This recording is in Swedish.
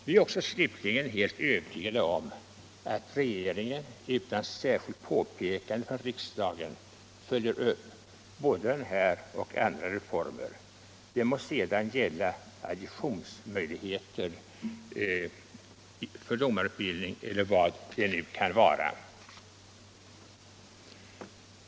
Vi är slutligen också helt övertygade om att regeringen utan särskilt påpekande från riksdagen följer upp både denna och andra reformer, det må sedan gälla adjunktionsmöjligheter och domarutbildning eller vad det nu kan vara.